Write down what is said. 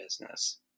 business